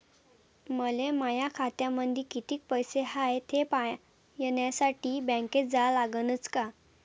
मले माया खात्यामंदी कितीक पैसा हाय थे पायन्यासाठी बँकेत जा लागनच का?